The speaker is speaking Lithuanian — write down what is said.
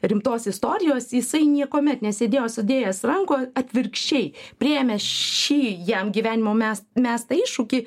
rimtos istorijos jisai niekuomet nesėdėjo sudėjęs rankų atvirkščiai priėmė šį jam gyvenimo mes mestą iššūkį